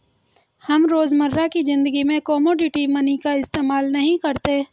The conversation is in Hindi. हम रोजमर्रा की ज़िंदगी में कोमोडिटी मनी का इस्तेमाल नहीं करते